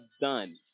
done